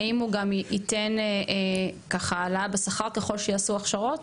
האם הוא גם ייתן ככה העלאה בשכר ככל שיעשו הכשרות?